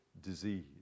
disease